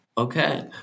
Okay